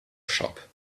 shop